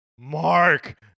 Mark